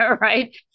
Right